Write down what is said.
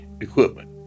equipment